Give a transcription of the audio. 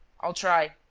i'll try.